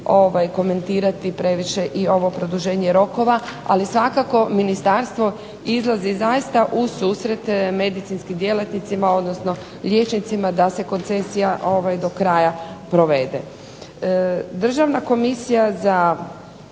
komentirati ovo produženje rokova. Ali svakako ministarstvo izlazi u susret medicinskim djelatnicima odnosno liječnicima da se koncesija do kraja provede. Državna komisija za